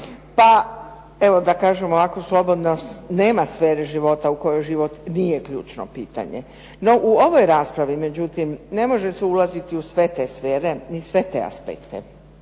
pa evo da kažem ovako slobodno nema sfere života u kojoj život nije ključno pitanje. No u ovoj raspravi međutim ne može se ulaziti u sve te sfere ni sve te aspekte.